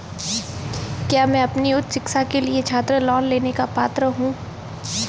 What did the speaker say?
क्या मैं अपनी उच्च शिक्षा के लिए छात्र लोन लेने का पात्र हूँ?